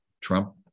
trump